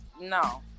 no